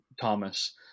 Thomas